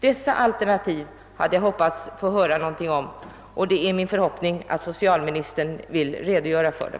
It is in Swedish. Dessa alternativ hade jag hoppats få höra någonting om. Det är fortfarande min förhoppning att socialministern vill redogöra för dem.